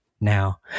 now